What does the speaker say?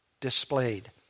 displayed